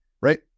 right